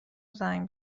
زنگ